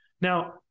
Now